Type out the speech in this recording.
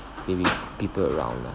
maybe people around lah